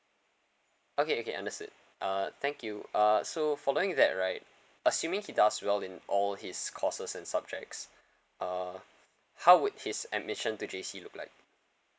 okay okay understood uh thank you uh so following that right assuming he does well in all his courses and subjects uh how would his admission to J_C look like